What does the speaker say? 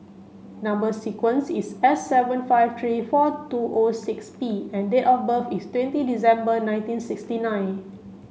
number sequence is S seven five three four two O six P and date of birth is twenty December nineteen sixty nine